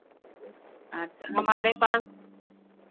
अच्छ हमारे पास